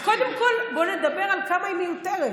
קודם כול, בוא נדבר על כמה היא מיותרת.